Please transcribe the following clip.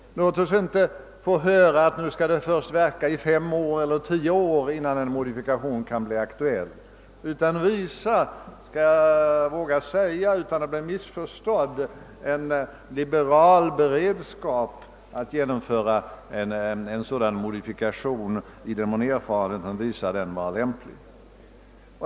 Låt oss slippa få höra att reformen först skall få verka i fem eller tio år innan en modifikation kan bli aktuell! Jag vågar väl utan risk för missförstånd säga att man bör hålla en liberal beredskap att genomföra sådana modifikationer som en framtida erfarenhet visar kan vara lämpliga.